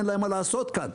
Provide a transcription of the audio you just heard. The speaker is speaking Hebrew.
אין להם מה לעשות כאן.